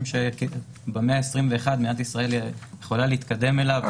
שבמאה ה-21 מדינת ישראל יכולה להתקדם אליו.